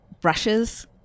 brushes